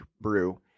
brew